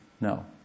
No